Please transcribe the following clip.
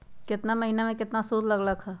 केतना महीना में कितना शुध लग लक ह?